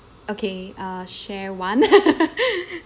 okay uh share one